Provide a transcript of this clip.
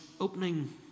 opening